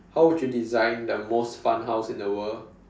how would you design the most fun house in the world